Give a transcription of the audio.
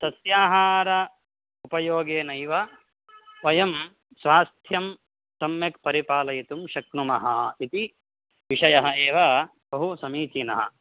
सस्याहार उपयोगेनैव वयं स्वास्थ्यं सम्यक् परिपालयितुं शक्नुमः इति विषयः एव बहु समीचीनः